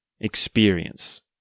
experience